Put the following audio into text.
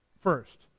first